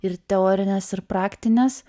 ir teorinės ir praktinės